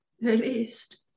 released